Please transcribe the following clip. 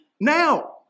now